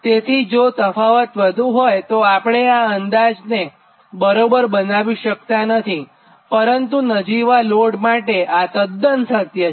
તેથી જો તફાવત વધુ હોય તો આપણે આ અંદાજને બરાબર બનાવી શકતા નથી પરંતુ નજીવા લોડ માટે આ તદ્દન સત્ય છે